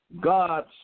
God